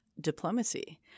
diplomacy